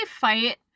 fight